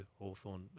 Hawthorne